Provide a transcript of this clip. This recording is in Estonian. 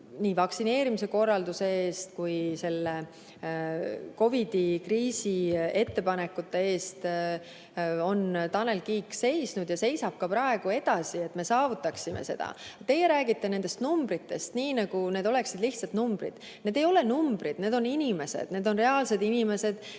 nii vaktsineerimise korralduse eest kui ka COVID-i kriisi ettepanekute eest on Tanel Kiik seisnud ja seisab ka praegu edasi, et me saavutaksime [eesmärgi]. Teie räägite nendest numbritest nii, nagu need oleksid lihtsalt numbrid. Need ei ole numbrid, need on inimesed, need on reaalsed inimesed,